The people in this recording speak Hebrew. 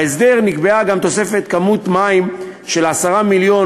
בהסדר נקבעה תוספת כמות מים של 10 מיליון